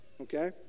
okay